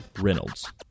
Reynolds